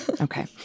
Okay